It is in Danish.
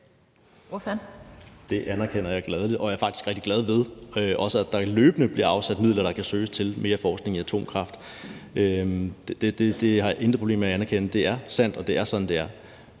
Det anerkender jeg gladelig, og jeg er faktisk rigtig glad ved, at der også løbende bliver afsat midler, der kan søges til mere forskning i atomkraft. Det har jeg intet problem med at anerkende. Det er sandt, og det er sådan, det er.